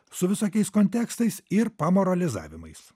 su visokiais kontekstais ir pamoralizavimais